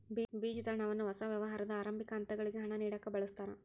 ಬೇಜದ ಹಣವನ್ನ ಹೊಸ ವ್ಯವಹಾರದ ಆರಂಭಿಕ ಹಂತಗಳಿಗೆ ಹಣ ನೇಡಕ ಬಳಸ್ತಾರ